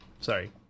Sorry